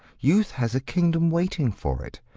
youth has a kingdom waiting for it.